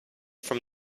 from